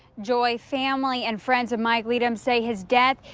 joy family and friends of might lead him say his death.